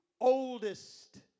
oldest